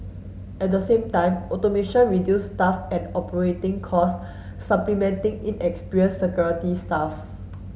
at the same time automation reduce staff and operating cost supplementing inexperienced security staff